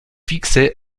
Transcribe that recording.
fixé